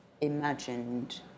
imagined